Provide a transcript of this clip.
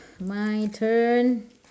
my turn